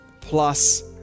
plus